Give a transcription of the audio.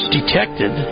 detected